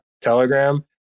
Telegram